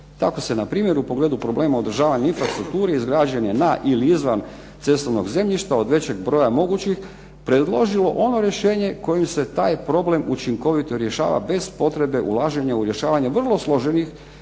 Tako se npr. u pogledu problema održavanja infrastrukture, izgrađene na ili izvan cestovnog zemljišta, od većeg broja mogućih, predložilo ono rješenje kojim se taj problem učinkovito rješava, bez potrebe ulaženja u rješavanje vrlo složenih